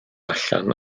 allan